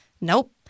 Nope